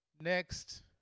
Next